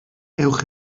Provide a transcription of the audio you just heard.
ewch